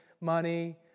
money